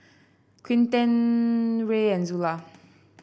Quinten Rae and Zula